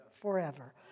forever